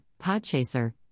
Podchaser